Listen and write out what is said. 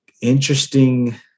interesting